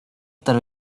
estar